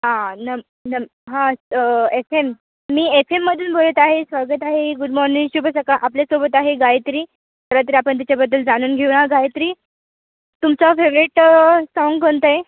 आं नम नम हां एफ एम मी एफ एममधून बोलत आहे स्वागत आहे गुड मॉर्निंग शुभ सका आपल्यासोबत आहे गायत्री चला तर आपण तिच्याबद्दल जाणून घेऊया गायत्री तुमचं फेवरेट साँग कोणतं आहे